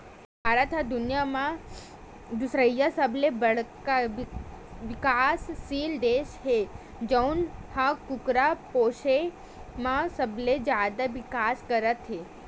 भारत ह दुनिया म दुसरइया सबले बड़का बिकाससील देस हे जउन ह कुकरा पोसे म सबले जादा बिकास करत हे